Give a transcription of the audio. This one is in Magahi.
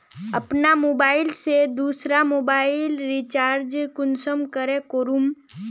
अपना मोबाईल से दुसरा मोबाईल रिचार्ज कुंसम करे करूम?